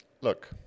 look